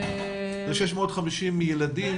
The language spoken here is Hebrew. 650 ילדים אלרגיים.